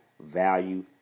value